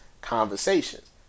conversations